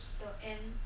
the end